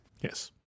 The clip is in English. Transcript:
Yes